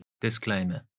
Disclaimer